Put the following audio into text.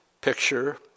picture